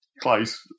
Close